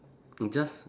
just